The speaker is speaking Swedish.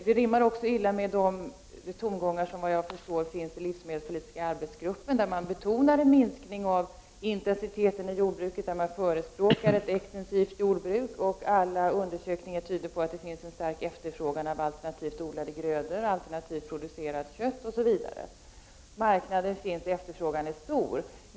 Det rimmar också illa med de tongångar som, såvitt jag förstår, finns inom livsmedelspolitiska arbetsgruppen, där man betonar en minskning av intensiteten i jordbruket och där man förespråkar ett extensivt jordbruk. Alla undersökningar tyder på att det finns en stark efterfrågan på alternativodlade grödor, alternativproducerat kött, osv. Marknaden finns och efterfrågan är stor.